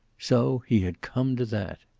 so he had come to that!